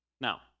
Now